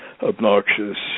obnoxious